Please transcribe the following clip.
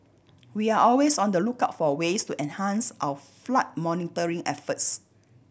we are always on the lookout for ways to enhance our flood monitoring efforts